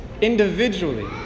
individually